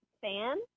fan